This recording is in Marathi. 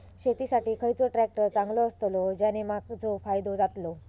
शेती साठी खयचो ट्रॅक्टर चांगलो अस्तलो ज्याने माजो फायदो जातलो?